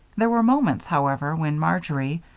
there were moments, however, when marjory,